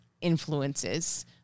influences